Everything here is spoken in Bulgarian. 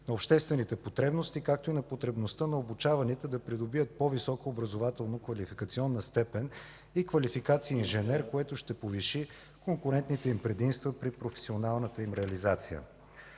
на обществените потребности, както и на потребността на обучаваните да придобият по-висока образователно-квалификационна степен и квалификация „инженер”, което ще повиши конкурентните им предимства при професионалната им реализация.